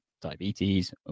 diabetes